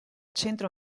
centro